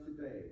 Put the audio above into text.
today